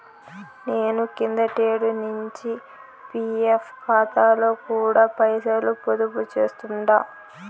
నేను కిందటేడు నించి పీఎఫ్ కాతాలో కూడా పైసలు పొదుపు చేస్తుండా